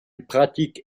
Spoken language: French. pratique